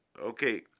Okay